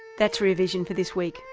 that's rear vision for this week.